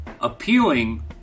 appealing